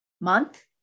month